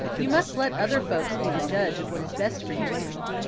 you must let other folks be the judge of what is best for you now.